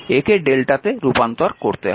একে Δ এ রূপান্তর করতে হবে